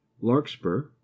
larkspur